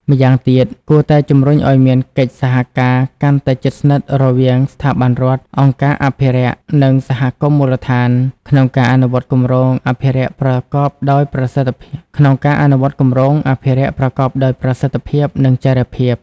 ម្យ៉ាងទៀត គួរតែជំរុញឱ្យមានកិច្ចសហការកាន់តែជិតស្និទ្ធរវាងស្ថាប័នរដ្ឋ អង្គការអភិរក្ស និងសហគមន៍មូលដ្ឋាន ក្នុងការអនុវត្តគម្រោងអភិរក្សប្រកបដោយប្រសិទ្ធភាព និងចីរភាព។